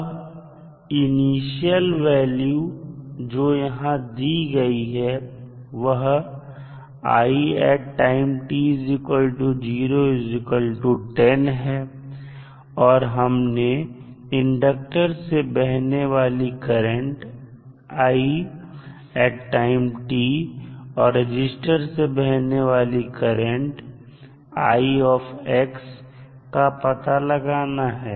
अब initial value जो यहां दी गई है वह i10 है और हमें इंडक्टर से बहने वाली करंट i और रजिस्टर से बहने वाली करंट का पता लगाना है